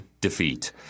defeat